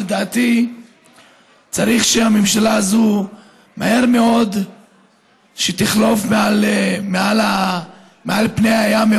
לדעתי צריך שהממשלה הזו מהר מאוד תחלוף מעל פני הים,